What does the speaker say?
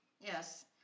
Yes